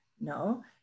No